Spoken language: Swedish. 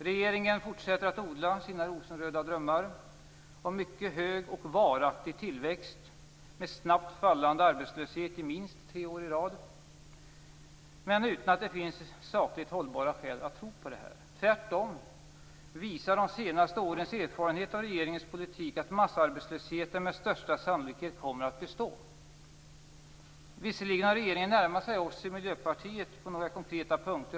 Regeringen fortsätter att odla sina rosenröda drömmar om en mycket hög och varaktig tillväxt med snabbt sjunkande arbetslöshet minst tre år i rad. Men det finns inga sakligt hållbara skäl att tro på detta. Tvärtom visar de senaste årens erfarenheter av regeringens politik att massarbetslösheten med största sannolikhet kommer att bestå. Visserligen har regeringen närmat sig oss i Miljöpartiet på några konkreta punkter.